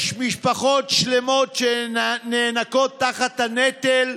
יש משפחות שלמות שנאנקות תחת הנטל,